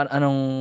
Anong